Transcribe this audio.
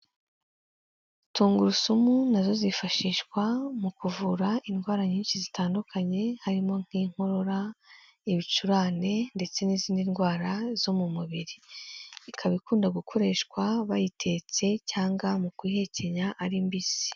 Tungurusumu na zo zifashishwa mu kuvura indwara nyinshi zitandukanye harimo nk'inkorora, ibicurane ndetse n'izindi ndwara zo mu mubiri, ikaba ikunda gukoreshwa bayitetse cyangwa mu kuyihekenya ari mbisi.